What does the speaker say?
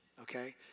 okay